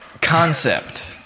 Concept